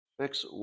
Fix